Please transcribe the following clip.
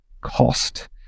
cost